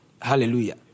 Hallelujah